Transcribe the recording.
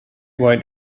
white